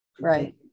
Right